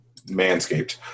manscaped